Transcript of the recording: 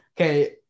okay